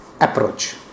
approach